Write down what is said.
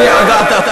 מה תעשה אתם?